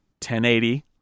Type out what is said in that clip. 1080